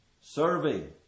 serving